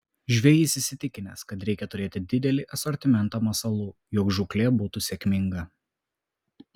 žvejys įsitikinęs kad reikia turėti didelį asortimentą masalų jog žūklė būtų sėkminga